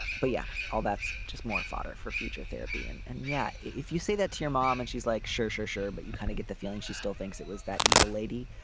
but yeah all that's just more fodder for future therapy and and yeah if you say that to your mom and she's like sure sure sure but you kind of get the feeling she still thinks it was that evil lady.